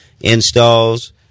installs